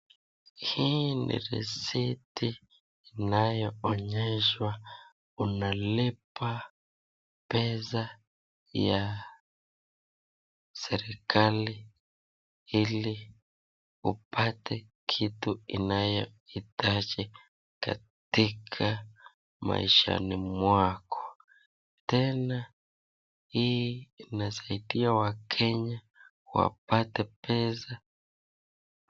Hii ni risiti inayoonyeshwa unalipa pesa ya serekali ili upate kitu inahitajika katika maishani mwako. Tena hii inasaidia wakenya wapate pesa.